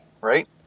right